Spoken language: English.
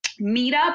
Meetup